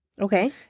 Okay